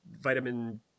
vitamin